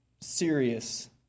serious